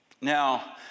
Now